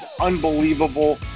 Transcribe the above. unbelievable